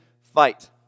fight